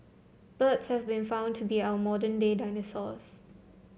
birds have been found to be our modern day dinosaurs